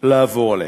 לעבור עליהם.